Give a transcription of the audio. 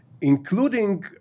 including